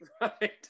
Right